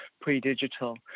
pre-digital